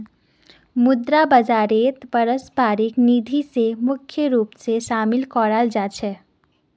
मुद्रा बाजारत पारस्परिक निधि स मुख्य रूप स शामिल कराल जा छेक